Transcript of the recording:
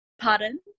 pardon